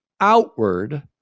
outward